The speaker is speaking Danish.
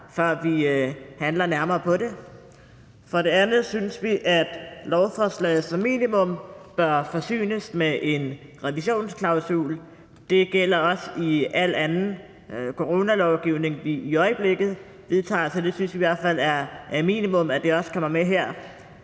før vi handler nærmere på det. For det andet synes vi, at lovforslaget som minimum bør forsynes med en revisionsklausul. Det gælder også i al anden coronalovgivning, som vi i øjeblikket vedtager, så det synes vi i hvert fald er minimum også kommer med her.